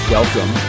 Welcome